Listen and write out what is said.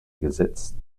gesetz